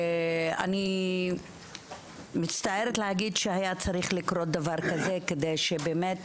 אני מצטערת להגיד שהיה צריך לקרות דבר כזה כדי שבאמת